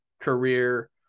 career